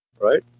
right